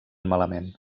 malament